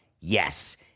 Yes